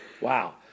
Wow